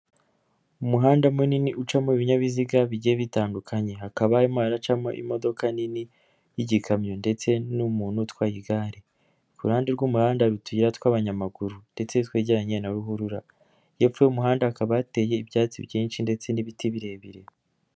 Umuhanda munini ucamo ibinyabiziga bigiye bitandukanye, hakaba harimo haracamo imodoka nini y'igikamyo ndetse n'umuntu utwaye igare, ku ruhande rw'umuhanda hari utuyira tw'abanyamaguru ndetse twegeranye na ruhurura hepfo y'umuhanda hakaba hateye ibyatsi byinshi ndetse n'ibiti birebire.